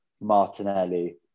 Martinelli